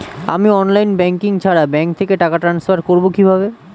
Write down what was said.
আমি online banking ছাড়া bank থেকে টাকা ট্রান্সফার করবো কিভাবে?